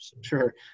Sure